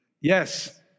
Yes